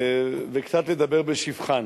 וקצת נדבר בשבחן.